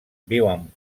viuen